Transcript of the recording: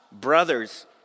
brothers